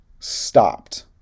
stopped